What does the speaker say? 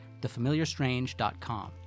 thefamiliarstrange.com